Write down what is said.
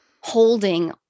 holding